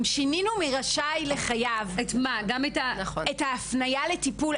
אם שינינו מ"רשאי" ל"חייב" את ההפניה לטיפול,